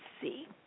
see